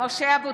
(קוראת בשם חבר הכנסת) משה אבוטבול,